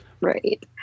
Right